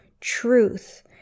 truth